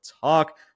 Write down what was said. talk